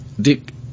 dick